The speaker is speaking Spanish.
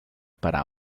para